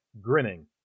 grinning